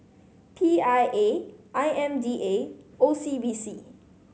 P I A I M D A and O C B C